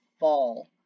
fall